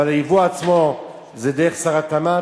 אבל הייבוא עצמו דרך שר התמ"ת?